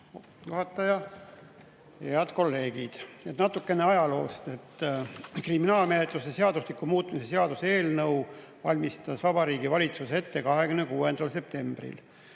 juhataja! Head kolleegid! Natuke ajaloost. Kriminaalmenetluse seadustiku muutmise seaduse eelnõu valmistas Vabariigi Valitsuse ette 26. septembril.